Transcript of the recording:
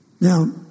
Now